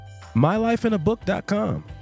MyLifeinabook.com